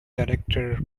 director